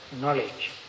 knowledge